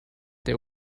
they